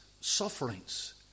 sufferings